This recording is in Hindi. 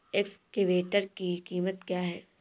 एक्सकेवेटर की कीमत क्या है?